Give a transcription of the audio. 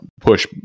push